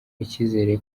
icyizere